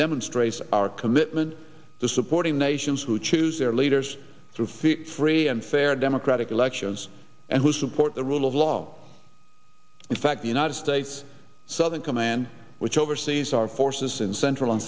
demonstrates our commitment to supporting nations who choose their leaders through fee free and fair democratic elections and who support the rule of law in fact the united states southern command which oversees our forces in central and